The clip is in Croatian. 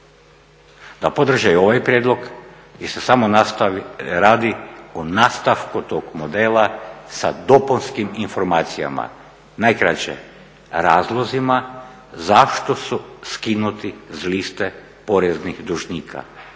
da podrže i ovaj prijedlog gdje se samo nastavi, radi o nastavku tog modela sa dopunskim informacijama. Najkraće razlozima zašto su skinuti s liste poreznih dužnika,